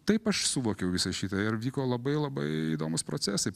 taip aš suvokiau visą šitą ir vyko labai labai įdomūs procesai